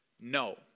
No